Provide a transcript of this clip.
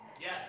Yes